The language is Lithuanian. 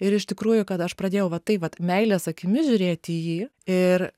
ir iš tikrųjų kad aš pradėjau va taip vat meilės akimis žiūrėt į jį ir